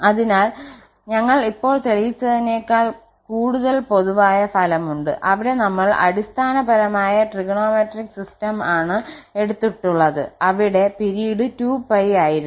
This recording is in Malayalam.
അതിനാൽ തിയറം ഞങ്ങൾ ഇപ്പോൾ തെളിയിച്ചതിനേക്കാൾ കൂടുതൽ പൊതുവായ ഫലമുണ്ട് അവിടെ ഞങ്ങൾ അടിസ്ഥാന പരമായ ത്രികോണമെട്രിക് സിസ്റ്റം ആണ് എടുത്തിട്ടുണ്ട് അവിടെ കാലഘട്ടം 2π ആയിരുന്നു